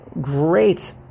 great